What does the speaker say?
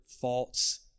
faults